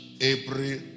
April